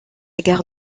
gare